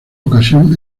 ocasión